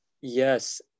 yes